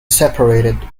separated